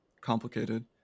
complicated